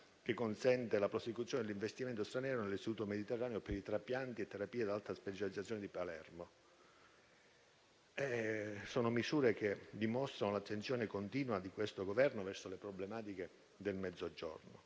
che consente la prosecuzione dell'investimento straniero nell'Istituto mediterraneo per trapianti e terapie ad alta specializzazione di Palermo. Sono misure che dimostrano l'attenzione continua di questo Governo verso le problematiche del Mezzogiorno.